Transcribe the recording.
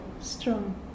strong